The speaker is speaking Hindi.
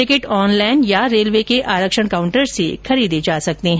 टिकट ऑनलाइन या रेलवे के आरक्षण काउंटर से खरीदे जा सकते हैं